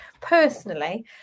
personally